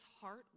heart